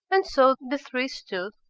and so the three stood,